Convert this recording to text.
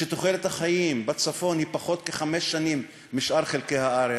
שתוחלת החיים בצפון היא כחמש שנים פחות מבשאר חלקי הארץ?